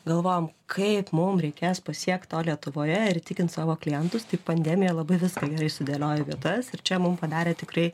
galvojom kaip mum reikės pasiekt to lietuvoje ir įtikint savo klientus tai pandemija labai gerai sudėliojo vietas ir čia mum padarė tikrai